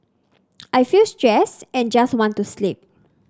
I feel stressed and just want to sleep